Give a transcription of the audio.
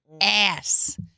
Ass